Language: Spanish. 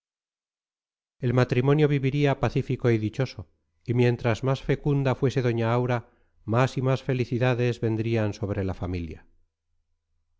el matrimonio viviría pacífico y dichoso y mientras más fecunda fuese doña aura más y más felicidades vendrían sobre la familia